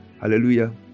hallelujah